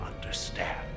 understand